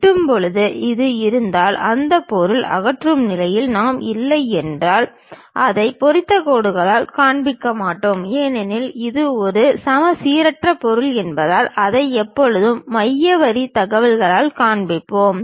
வெட்டும் போது இது இருந்தால் அந்த பொருளை அகற்றும் நிலையில் நாம் இல்லை என்றால் அதை பொறித்த கோடுகளால் காண்பிக்க மாட்டோம் ஏனெனில் இது ஒரு சமச்சீரற்ற பொருள் என்பதால் அதை எப்போதும் மைய வரி தகவல்களால் காண்பிப்போம்